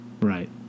Right